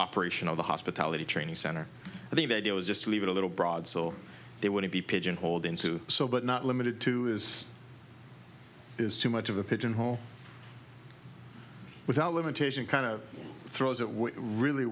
operation of the hospitality training center i think the idea was just leave it a little broad so they wouldn't be pigeonholed into so but not limited to is is too much of a pigeonhole without limitation kind of throws it will really